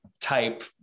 type